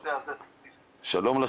שלום.